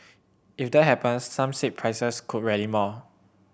if that happens some said prices could rally more